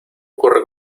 ocurre